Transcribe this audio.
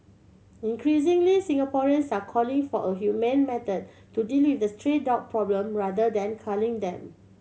increasingly Singaporeans are calling for a humane method to deal with the stray dog problem rather than culling them